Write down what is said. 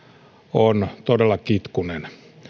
on todella kitkuinen ja